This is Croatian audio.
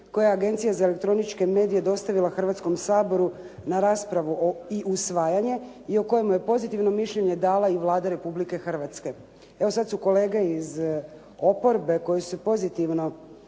kojeg je Agencija za elektroničke medije dostavila Hrvatskom saboru na raspravu i usvajanje i o kojemu je pozitivno mišljenje dala i Vlada Republike Hrvatske. Evo sada su kolege iz oporbe koji su pozitivno